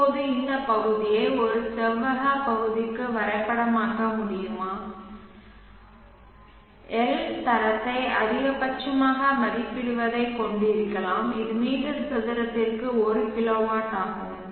இப்போது இந்த பகுதியை ஒரு செவ்வக பகுதிக்கு வரைபடமாக்க முடியுமா Lதரத்தை அதிகபட்சமாக மதிப்பிடுவதைக் கொண்டிருக்கலாம் இது மீட்டர் சதுரத்திற்கு 1 கிலோவாட் ஆகும்